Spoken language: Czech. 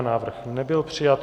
Návrh nebyl přijat.